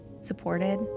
supported